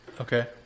Okay